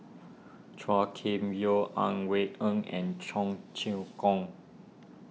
Chua Kim Yeow Ang Wei Neng and Cheong Choong Kong